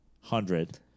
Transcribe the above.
hundred